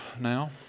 now